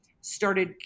started